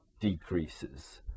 decreases